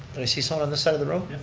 i see someone on this side of the room?